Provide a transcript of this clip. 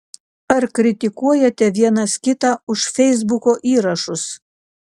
ar kritikuojate vienas kitą už feisbuko įrašus